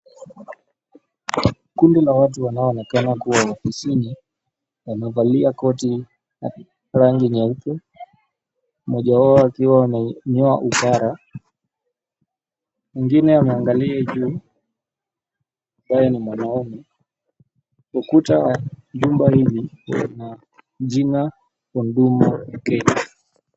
Kundi la watu wanaoonekana kuwa ofisini, wamevalia koti ya rangi nyeupe. Mmoja wao akiwa amenyoa upara, mwingine anaangalia juu ambaye ni mwanaume. Ukuta wa nyumba hizi una jina huduna Kenya.